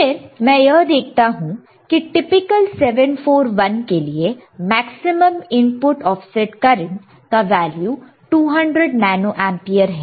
फिर मैं यह देखता हूं कि टिपिकल 741 के लिए मैक्सिमम इनपुट ऑफसेट करंट का वैल्यू 200 नैनो एंपियर है